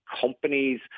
companies